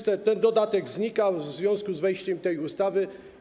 Ten dodatek zniknął w związku z wejściem tej ustawy.